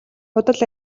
худал